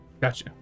gotcha